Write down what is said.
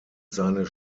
seines